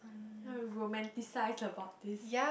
I am romanticize about this